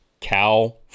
Cow